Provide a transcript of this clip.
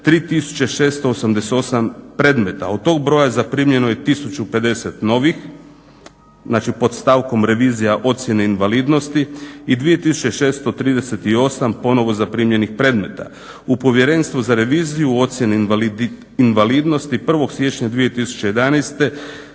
3 688 predmeta. Od tog broja zaprimljeno je 1 050 novih, znači pod stavkom revizija ocjene invalidnosti i 2 638 ponovno zaprimljenih predmeta. U Povjerenstvu za reviziju ocjene invalidnosti 1. siječnja 2011.